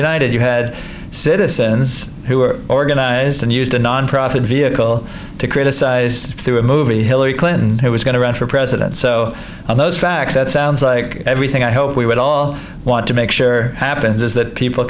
united you head citizens who were organized and used a nonprofit vehicle to criticize through a movie hillary clinton who was going to run for president so all those facts that sounds like everything i hoped we would all want to make sure happens is that people